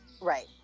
Right